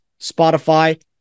Spotify